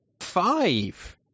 five